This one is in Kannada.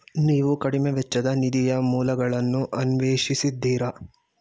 ನೀವು ಕಡಿಮೆ ವೆಚ್ಚದ ನಿಧಿಯ ಮೂಲಗಳನ್ನು ಅನ್ವೇಷಿಸಿದ್ದೀರಾ?